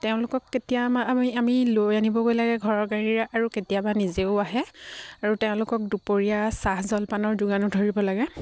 তেওঁলোকক কেতিয়াবা আমি আমি লৈ আনিবগৈ লাগে ঘৰৰ গাড়ীৰে আৰু কেতিয়াবা নিজেও আহে আৰু তেওঁলোকক দুপৰীয়া চাহ জলপানৰ যোগানো ধৰিব লাগে